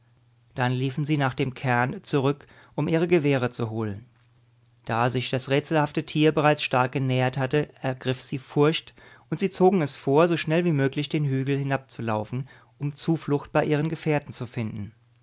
dann liefen sie nach dem cairn zurück um ihre gewehre zu holen da sich das rätselhafte tier bereits stark genähert hatte ergriff sie furcht und sie zogen es vor so schnell wie möglich den hügel hinabzulaufen um zuflucht bei ihren gefährten zu finden